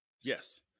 Yes